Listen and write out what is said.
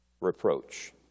reproach